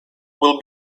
will